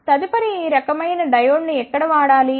తదుపరిది ఈ రకమైన డయోడ్ ఎక్కడ వాడాలి